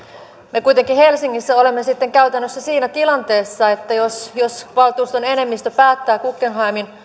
me kuitenkin helsingissä olemme sitten käytännössä siinä tilanteessa että jos jos valtuuston enemmistö päättää guggenheimin